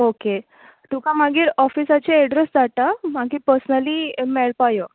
okay तुका मागीर ऑफिसाचे एडरेस धाडटा मागीर पर्सनली मेळपा यो